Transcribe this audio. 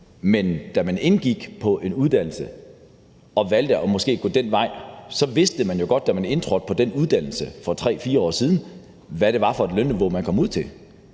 at gå ind på en uddannelse og gå den vej, vidste man jo godt, da man indtrådte på den uddannelse for 3-4 år siden, hvad det var for et lønniveau, man kom ud til.